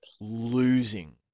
losing